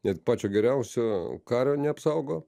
net pačio geriausio kario neapsaugo